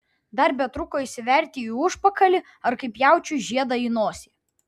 dar betrūko įsiverti į užpakalį ar kaip jaučiui žiedą į nosį